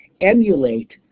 emulate